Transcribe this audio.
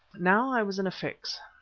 now i was in a fix.